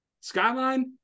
Skyline